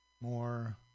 More